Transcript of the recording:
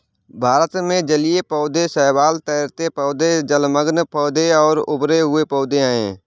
भारत में जलीय पौधे शैवाल, तैरते पौधे, जलमग्न पौधे और उभरे हुए पौधे हैं